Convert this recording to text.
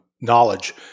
knowledge